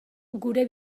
gure